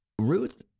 Ruth